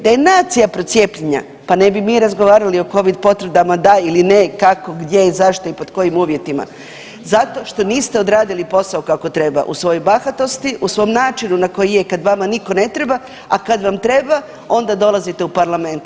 Da je nacija procijepljena, pa ne bi mi razgovarali o COVID potvrdama da ili ne, kako, gdje i zašto i pod kojim uvjetima, zato što niste odradili posao kako treba u svojoj bahatosti, u svom načinu na koji je i kad vama nitko ne treba, a kad vam treba, onda dolazite u parlament.